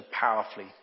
powerfully